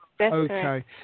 okay